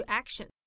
action